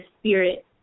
spirit